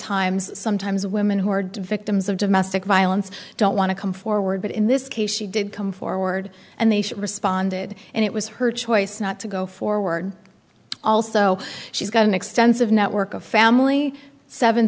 times sometimes women who are devic timbs of domestic violence don't want to come forward but in this case she did come forward and they should responded and it was her choice not to go forward also she's an extensive network of family seven